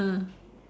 ah